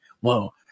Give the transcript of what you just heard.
whoa